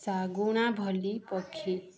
ଶାଗୁଣା ଭଳି ପକ୍ଷୀ